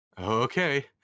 Okay